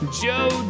joe